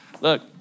Look